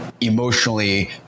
emotionally